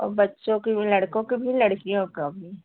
औ बच्चों के भी लड़कों के भी लड़कियों का भी